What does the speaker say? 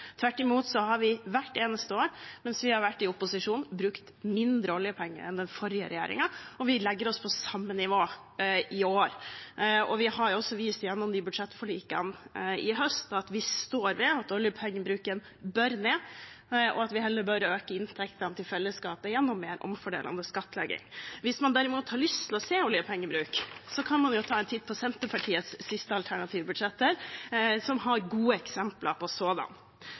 Tvert imot har vi hvert eneste år mens vi har vært i opposisjon, brukt mindre oljepenger enn den forrige regjeringen, og vi legger oss på samme nivå i år. Vi har også vist gjennom budsjettforlikene i høst at vi står ved at oljepengebruken bør ned, og at vi heller bør øke inntektene til fellesskapet gjennom mer omfordelende skattlegging. Hvis man derimot har lyst til å se oljepengebruk, kan man jo ta en titt på Senterpartiets siste alternative budsjetter, som har gode eksempler på